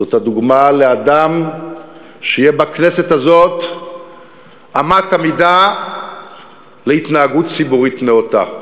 הוא הדוגמה לאדם שיהיה בכנסת הזאת אַמת המידה להתנהגות ציבורית נאותה.